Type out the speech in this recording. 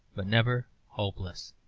but never hopeless.